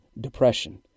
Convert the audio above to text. depression